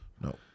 No